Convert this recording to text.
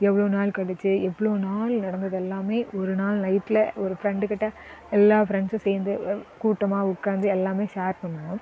எவ்வளோ நாள் கழித்து எவ்வளோ நாள் நடந்ததெல்லாம் ஒரு நாள் நைட்டில் ஒரு ஃப்ரெண்டுக்கிட்ட எல்லாம் ஃப்ரெண்ட்ஸும் சேர்ந்து கூட்டமாக உட்காந்து எல்லாம் ஷேர் பண்ணுவோம்